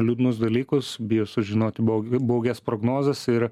liūdnus dalykus bijo sužinoti bau baugias prognozes ir